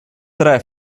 tre